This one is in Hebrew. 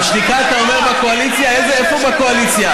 הועלתה פה הצעה שלך,